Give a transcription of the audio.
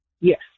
Yes